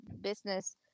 business